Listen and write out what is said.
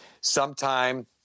sometime